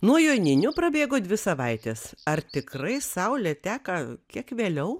nuo joninių prabėgo dvi savaites ar tikrai saulė teka kiek vėliau